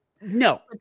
no